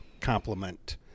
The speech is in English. compliment